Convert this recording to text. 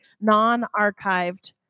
non-archived